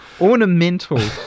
Ornamental